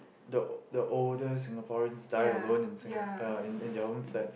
the the older Singaporeans die alone in Singa~ uh in in their own flats